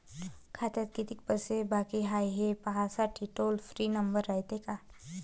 खात्यात कितीक पैसे बाकी हाय, हे पाहासाठी टोल फ्री नंबर रायते का?